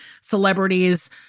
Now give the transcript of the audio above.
celebrities